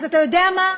אז אתה יודע מה?